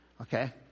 okay